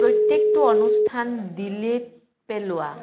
প্ৰত্যেকটো অনুষ্ঠান ডিলিট পেলোৱা